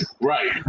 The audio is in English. Right